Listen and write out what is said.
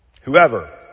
Whoever